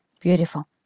Beautiful